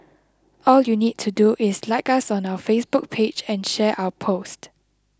all you need to do is like us on our Facebook page and share our post